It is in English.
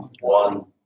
one